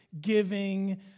giving